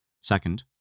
Second